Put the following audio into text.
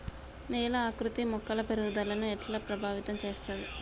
నేల ఆకృతి మొక్కల పెరుగుదలను ఎట్లా ప్రభావితం చేస్తది?